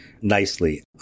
nicely